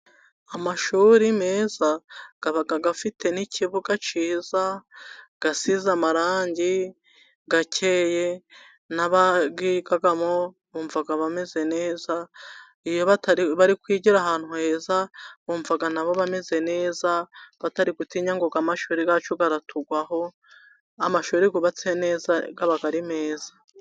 Amashuri meza aba afite n' ikibuga cyiza asiza amarangi, akeye n' abayigamo bumva bameze neza, bari kwigira ahantu heza bumva nabo bameze neza batari gutinya ngo amashuri yacu aratugwaho, amashuri bubatse neza ari meza.